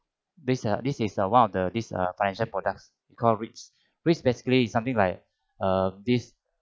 this uh this is a one of the this uh financial products call REITS REITS basically is something like uh this